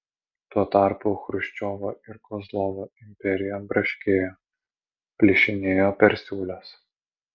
tuo tarpu chruščiovo ir kozlovo imperija braškėjo plyšinėjo per siūles